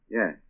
Yes